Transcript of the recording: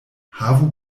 havu